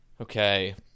Okay